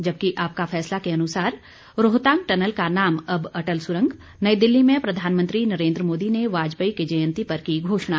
जबकि आपका फैसला के अनुसार रोहतांग टनल का नाम अब अटल सुरंग नई दिल्ली में प्रधानमंत्री नरेंद्र मोदी ने वाजपेयी की जयंती पर की घोषणा